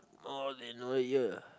more than a year